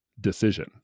decision